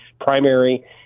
primary